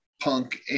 punk